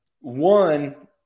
One